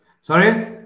Sorry